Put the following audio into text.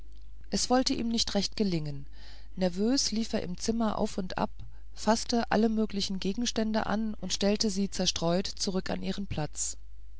es wollte ihm nicht recht gelingen nervös lief er im zimmer auf und ab faßte alle möglichen gegenstände an und stellte sie zerstreut zurück an ihren platz